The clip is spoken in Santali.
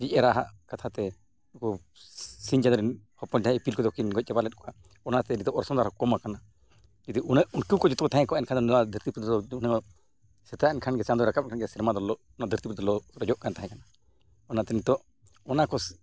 ᱟᱡᱤᱡ ᱮᱨᱟᱣᱟᱜ ᱠᱟᱛᱷᱟ ᱛᱮ ᱩᱱᱠᱩ ᱥᱤᱧ ᱪᱟᱸᱫᱳ ᱨᱮᱱ ᱦᱚᱯᱚᱱ ᱡᱟᱦᱟᱸᱭ ᱤᱯᱤᱞ ᱠᱚᱫᱚ ᱠᱤᱱ ᱜᱚᱡ ᱪᱟᱵᱟ ᱞᱮᱫ ᱠᱚᱣᱟ ᱚᱱᱟᱛᱮ ᱱᱤᱛᱚᱜ ᱚᱨᱥᱚᱝ ᱫᱚ ᱟᱨᱚ ᱠᱚᱢ ᱠᱟᱱᱟ ᱡᱩᱫᱤ ᱩᱱᱟᱹᱜ ᱩᱱᱠᱩ ᱠᱚ ᱡᱚᱛᱚ ᱠᱚ ᱛᱟᱦᱮᱸ ᱠᱚᱜᱼᱟ ᱮᱱᱠᱷᱟᱱ ᱱᱚᱣᱟ ᱫᱷᱟᱹᱨᱛᱤ ᱯᱩᱨᱤ ᱫᱚ ᱩᱱᱟᱹᱜ ᱥᱮᱛᱟᱜ ᱮᱱᱠᱷᱟᱱ ᱜᱮ ᱪᱟᱸᱫᱳᱭ ᱨᱟᱠᱟᱵ ᱮᱱ ᱠᱷᱟᱱ ᱜᱮ ᱥᱮᱨᱢᱟ ᱫᱚ ᱱᱚᱣᱟ ᱫᱷᱟᱹᱨᱛᱤ ᱯᱩᱨᱤ ᱫᱚ ᱞᱚ ᱚᱴᱮᱡᱚᱜ ᱠᱟᱱ ᱛᱟᱦᱮᱱᱟ ᱚᱱᱟᱛᱮ ᱱᱤᱛᱚᱜ ᱚᱱᱟ ᱠᱚ